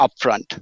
upfront